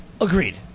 Agreed